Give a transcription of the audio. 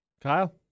Kyle